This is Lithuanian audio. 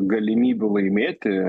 galimybių laimėti